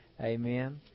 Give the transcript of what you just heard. Amen